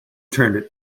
turned